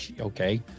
Okay